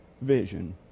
vision